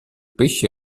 pesci